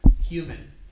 human